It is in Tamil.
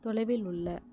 தொலைவில் உள்ள